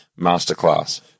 masterclass